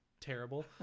terrible